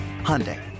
Hyundai